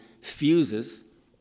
fuses